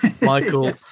michael